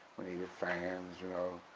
we needed fans, you know,